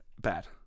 Bad